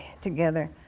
together